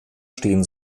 stehen